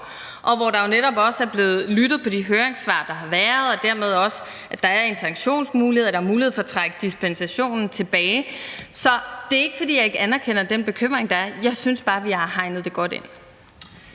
– der er jo netop også blevet lyttet til de høringssvar, der har været, og dermed er der også en sanktionsmulighed, og der er mulighed for at trække dispensationen tilbage. Så det er ikke, fordi jeg ikke anerkender den bekymring, der er, men jeg synes bare, at vi har hegnet det godt ind.